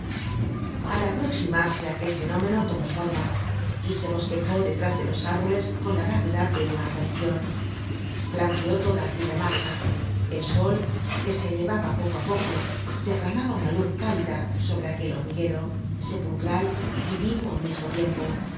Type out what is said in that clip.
al aproximarse aquel fenómeno tomó forma y se bosquejó detrás de los árboles con la vaguedad de una aparicion blanqueó toda aquella masa el sol que se elevaba poco á poco derramaba una luz pálida sobre aquel hormiguero sepulcral y vivo á un mismo tiempo